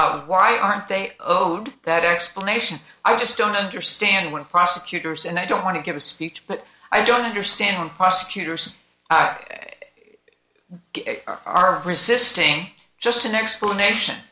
case why aren't they owed that explanation i just don't understand when prosecutors and i don't want to give a speech but i don't understand prosecutors are resisting just an explanation